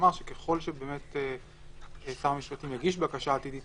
שככל ששר המשפטים יגיש הצעה עתידית